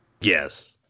yes